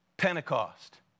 Pentecost